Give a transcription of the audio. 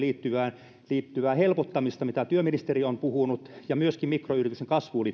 liittyvää helpottamista mistä työministeri on puhunut ja myöskin mikroyritysten kasvuun